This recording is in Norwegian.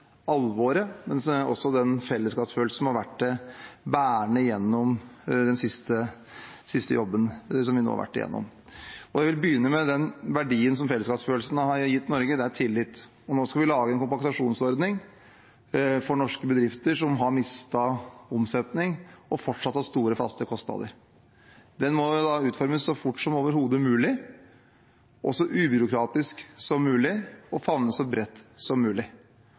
alvoret, men også fellesskapsfølelsen, som har vært det bærende. Jeg vil begynne med den verdien som fellesskapsfølelsen har gitt Norge, og det er tillit. Nå skal vi lage en kompensasjonsordning for norske bedrifter som har mistet omsetning og fortsatt har store faste kostnader. Den må utformes så fort som overhodet mulig, så ubyråkratisk som mulig, og favne så bredt som mulig.